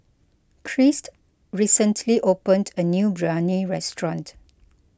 Christ recently opened a new Biryani restaurant